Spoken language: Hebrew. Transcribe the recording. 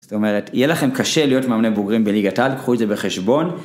זאת אומרת, יהיה לכם קשה להיות מאמני בוגרים בליגת העל, קחו את זה בחשבון